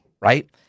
right